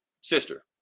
sister